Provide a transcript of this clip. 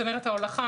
מצנרת ההולכה,